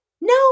no